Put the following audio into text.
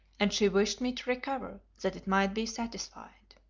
and she wished me to recover that it might be satisfied.